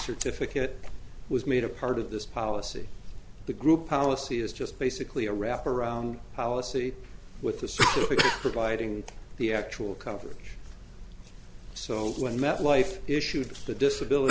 certificate was made a part of this policy the group policy is just basically a wrap around policy with the providing the actual coverage so when metlife issued the disability